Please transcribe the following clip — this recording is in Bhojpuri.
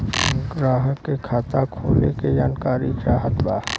ग्राहक के खाता खोले के जानकारी चाहत बा?